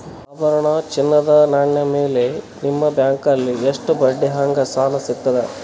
ಆಭರಣ, ಚಿನ್ನದ ನಾಣ್ಯ ಮೇಲ್ ನಿಮ್ಮ ಬ್ಯಾಂಕಲ್ಲಿ ಎಷ್ಟ ಬಡ್ಡಿ ಹಂಗ ಸಾಲ ಸಿಗತದ?